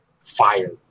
Fire